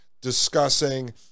discussing